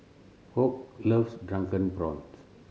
Hoke loves Drunken Prawns